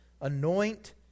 anoint